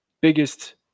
biggest